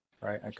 right